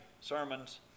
sermons